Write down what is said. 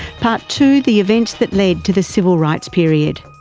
part two, the events that led to the civil rights period.